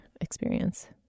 experience